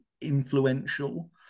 influential